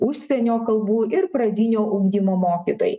užsienio kalbų ir pradinio ugdymo mokytojai